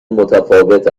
متفاوت